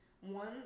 One